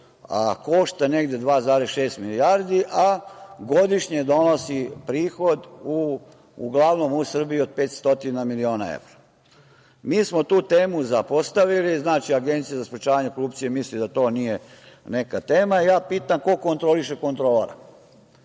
košta negde 2,6 milijardi, a godišnje donosi prihod uglavnom u Srbiji od 500 miliona evra. Mi smo tu temu zapostavili. Znači, Agencija za sprečavanje korupcije misli da to nije neka tema. Ja pitam – ko kontroliše kontrolora?